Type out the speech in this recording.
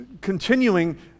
continuing